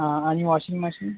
हां आणि washing machine